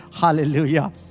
Hallelujah